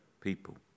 People